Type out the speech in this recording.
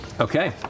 Okay